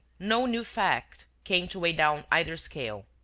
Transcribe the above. no new fact came to weigh down either scale.